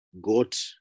goat